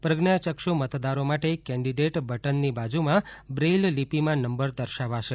પ્રજ્ઞાયક્ષુ મતદારો માટે કેન્ડિડેટ બટનની બાજુમાં બ્રેઇલ લીપીમાં નંબર દર્શાવાશે